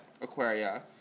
Aquaria